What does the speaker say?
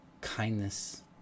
kindness